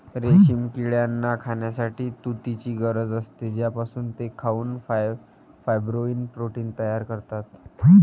रेशीम किड्यांना खाण्यासाठी तुतीची गरज असते, ज्यापासून ते खाऊन फायब्रोइन प्रोटीन तयार करतात